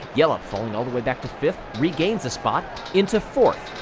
yeah ylp falling all the way back to fifth regains a spot into fourth.